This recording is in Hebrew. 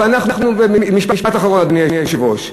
משפט אחרון, אדוני היושב-ראש.